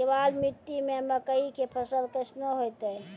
केवाल मिट्टी मे मकई के फ़सल कैसनौ होईतै?